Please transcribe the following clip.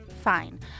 Fine